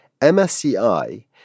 MSCI